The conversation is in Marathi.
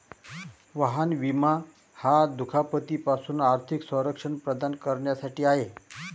वाहन विमा हा दुखापती पासून आर्थिक संरक्षण प्रदान करण्यासाठी आहे